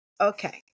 Okay